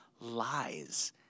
lies